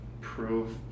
prove